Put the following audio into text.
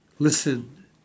Listen